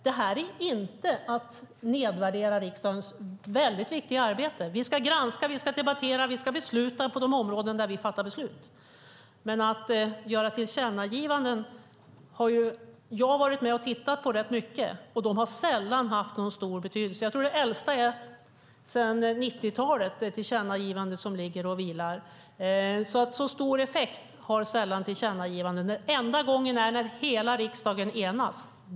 Det här är inte att nedvärdera riksdagens väldigt viktiga arbete. Vi ska granska, vi ska debattera och vi ska besluta på de områden där vi har att fatta beslut. Tillkännagivanden har jag varit med och tittat på rätt mycket, och de har sällan haft någon stor betydelse. Jag tror att det äldsta tillkännagivandet som ligger och vilar är sedan 90-talet. Särskilt stor effekt har sällan tillkännagivanden. Den enda gången är när hela riksdagen enas.